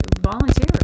volunteer